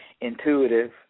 intuitive